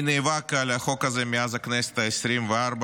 אני נאבק על החוק הזה מאז הכנסת העשרים-וארבע,